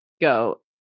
go